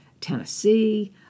Tennessee